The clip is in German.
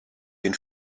den